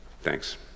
Thanks